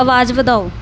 ਆਵਾਜ਼ ਵਧਾਓ